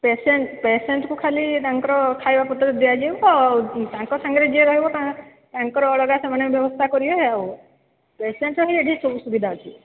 patient ପେସେଣ୍ଟ୍କୁ ଖାଲି ତାଙ୍କର ଖାଇବା ପତ୍ର ଦିଆଯିବ ଆଉ ତାଙ୍କ ସାଙ୍ଗରେ ଯିଏ ରହିବ ତାଙ୍କ ତାଙ୍କର ଅଲଗା ସେମାନେ ବ୍ୟବସ୍ଥା କରିବେ ଆଉ ପେସେଣ୍ଟ୍ ପାଇଁ ଏଠି ସବୁ ସୁବିଧା ଅଛି